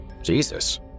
Jesus